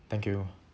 thank you